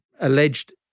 alleged